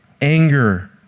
anger